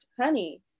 honey